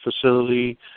facility